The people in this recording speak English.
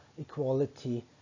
equality